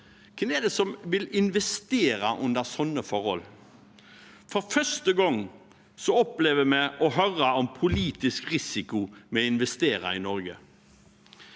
som vil investere under sånne forhold? For første gang opplever vi å høre om politisk risiko ved å investere i Norge.